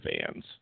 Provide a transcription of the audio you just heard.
fans